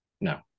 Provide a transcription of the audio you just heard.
No